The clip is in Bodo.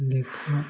लेखा